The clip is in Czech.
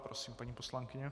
Prosím, paní poslankyně.